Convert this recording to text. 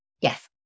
Yes